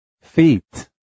Feet